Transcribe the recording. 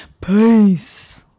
Peace